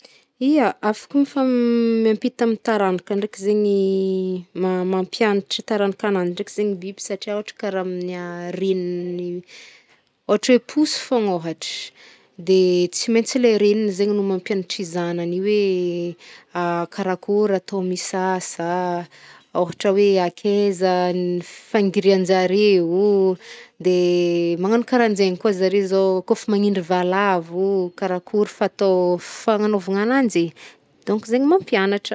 Hia! Afk mifam- miempita amin taranaka ndreiky zegny- ma- mampiantra tarankanan ndreiky zegny ny biby satria ôhatra kara amin'ny- renin'ny- ôhtr hoe posy fôgna ôhatr, de tsy maintsy le reniny zegny no mampianatra i zanany io hoe karakory atao misasa, ôhatra hoe ankeza ny fangirianjareo, magnano karanjaigny koa zare zao kôf manindry valavo, karakory fatao- fananovagnananjy e. Donc zegny mampianatra!